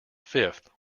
fifth